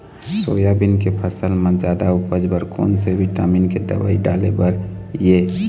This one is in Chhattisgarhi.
सोयाबीन के फसल म जादा उपज बर कोन से विटामिन के दवई डाले बर ये?